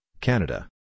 Canada